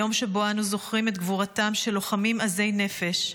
יום שבו אנו זוכרים את גבורתם של לוחמים עזי נפש,